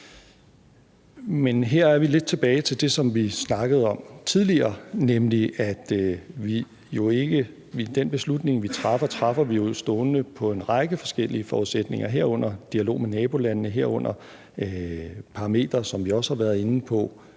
Men her er vi lidt tilbage til det, som vi snakkede om tidligere, nemlig at den beslutning, vi træffer, træffer vi jo stående på en række forskellige forudsætninger, herunder en dialog med nabolandene, herunder parametre, som vi også har været inde på,